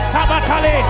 Sabatale